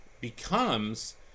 becomes